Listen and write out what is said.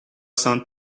sound